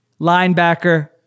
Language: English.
linebacker